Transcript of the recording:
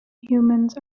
humans